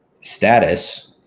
status